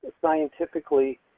scientifically